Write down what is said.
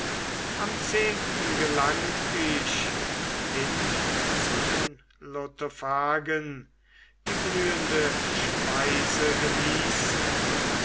am zehnten gelangt ich hin zu den lotophagen die blühende speise genießen